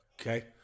Okay